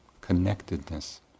connectedness